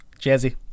Jazzy